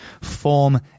form